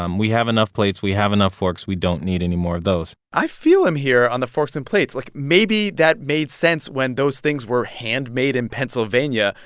um we have enough plates. we have enough forks. we don't need any more of those i feel him here on the forks and plates. like, maybe that made sense when those things were handmade in pennsylvania,